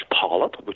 polyp